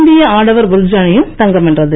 இந்திய ஆடவர் பிரிட்த் அணியும் தங்கம் வென்றது